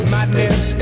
Madness